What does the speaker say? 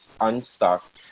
unstuck